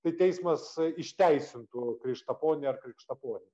tai teismas išteisintų krištaponį ar krikštaponį